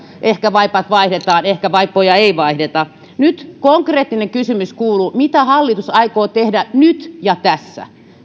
ehkä vaipat vaihdetaan ehkä vaippoja ei vaihdeta nyt konkreettinen kysymys kuuluu mitä hallitus aikoo tehdä nyt ja tässä